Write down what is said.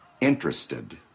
Interested